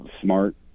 smart